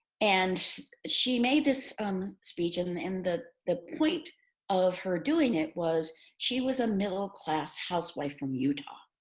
and she made this um speech and and and the the point of her doing it was she was a middle class housewife from utah.